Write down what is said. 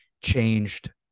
changed